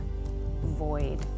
void